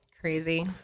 Crazy